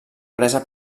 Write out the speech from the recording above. presa